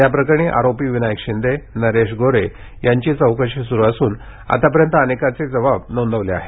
या प्रकरणी आरोपी विनायक शिंदे नरेश गोरे यांची चौकशी सुरू असून आतापर्यंत अनेकांचे जबाब नोंदवले आहेत